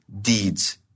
deeds